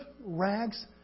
rags